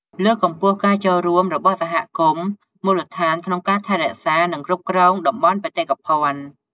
លើកកម្ពស់ការចូលរួមរបស់សហគមន៍មូលដ្ឋានក្នុងការថែរក្សា និងគ្រប់គ្រងតំបន់បេតិកភណ្ឌ។